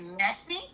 messy